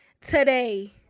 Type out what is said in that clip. Today